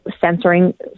censoring